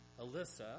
Alyssa